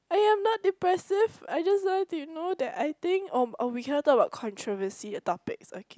I am not depressive I just want you to know that I think oh oh we cannot talk about controversy topics okay